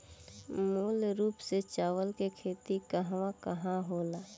मूल रूप से चावल के खेती कहवा कहा होला?